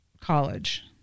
college